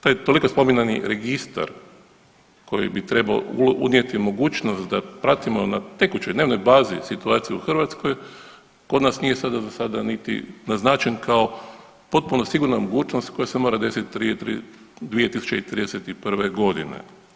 Taj toliko spominjani registar koji bi trebao unijeti mogućnost da pratimo na tekućoj, dnevnoj bazi situaciju u Hrvatskoj kod nas nije sada, za sada niti naznačen kao potpuno sigurna mogućnost koja se mora desit prije 2031.g.